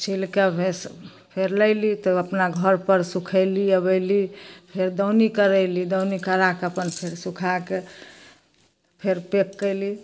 छीलिकऽ फेर लैलहुँ तऽ अपना घर पर सुखेलहुँ अबैलहुँ फेर दौनी करेलहुँ दौनी कराकऽ अपन सुखाकऽ फेर पैक कएलहुँ